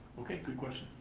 okay, good question.